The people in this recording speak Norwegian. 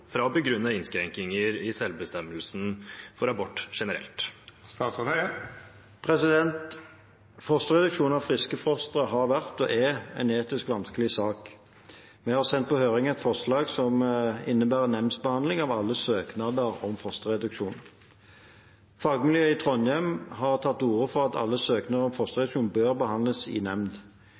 fra å begrunne innskrenkinger i selvbestemmelsen for andre typer abort?» Fosterreduksjon av friske foster har vært – og er – en etisk vanskelig sak. Vi har sendt på høring et forslag som innebærer nemndbehandling av alle søknader om fosterreduksjon. Fagmiljøet i Trondheim har tatt til orde for at alle søknader om fosterreduksjon bør behandles i nemnd.